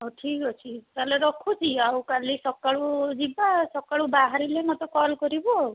ହଉ ଠିକ୍ ଅଛି ତା'ହେଲେ ରଖୁଛି ଆଉ କାଲି ସକାଳୁ ଯିବା ସକାଳୁ ବାହାରିଲେ ମୋତେ କଲ୍ କରିବୁ ଆଉ